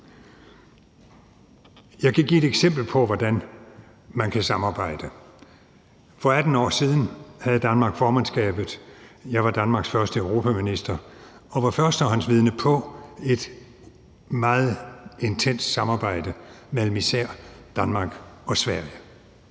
Jeg kan give et eksempel på, hvordan man kan samarbejde. For 18 år siden havde Danmark formandskabet. Jeg var Danmarks første europaminister og var førstehåndsvidne til et meget intenst samarbejde mellem især Danmark og Sverige.